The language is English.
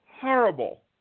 horrible